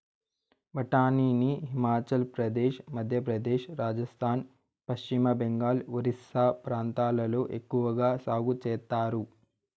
బఠానీని హిమాచల్ ప్రదేశ్, మధ్యప్రదేశ్, రాజస్థాన్, పశ్చిమ బెంగాల్, ఒరిస్సా ప్రాంతాలలో ఎక్కవగా సాగు చేత్తారు